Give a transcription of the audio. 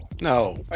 no